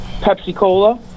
Pepsi-Cola